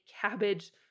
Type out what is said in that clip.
cabbage